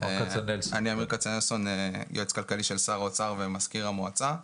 אני יועץ כלכלי של שר האוצר ומזכיר המועצה.